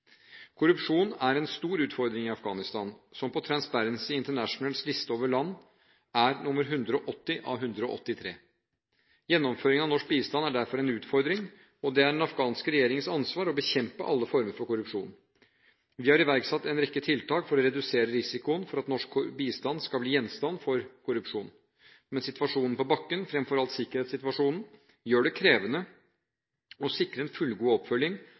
er betydelig. Korrupsjonen er en stor utfordring i Afghanistan, som på Transparency Internationals liste er land nr. 180 av 183. Gjennomføringen av norsk bistand er derfor en utfordring. Det er den afghanske regjeringens ansvar å bekjempe alle former for korrupsjon. Vi har iverksatt en rekke tiltak for å redusere risikoen for at norsk bistand skal bli gjenstand for korrupsjon. Men situasjonen på bakken – fremfor alt sikkerhetssituasjonen – gjør det krevende å sikre en fullgod oppfølging